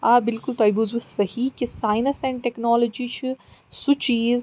آ بالکل تۄہہِ بوٗزوٕ صحیٖح کہِ ساینَس اینٛڈ ٹیٚکنالجی چھِ سُہ چیٖز